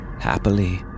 Happily